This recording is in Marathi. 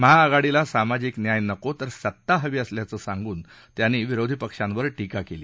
महाआघाडीला सामाजिक न्याय नको तर सत्ता हवी असल्याचं सांगून त्यांनी विरोधी पक्षांवर टीका केली